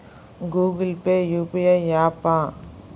Google Pay UPI య్యాపా?